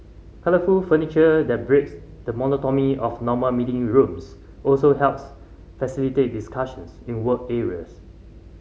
colourful furniture that breaks the monotony of normal meeting rooms also helps facilitate discussions in work areas